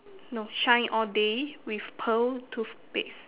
no shine all day with pearl toothpaste